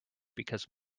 because